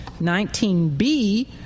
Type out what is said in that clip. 19b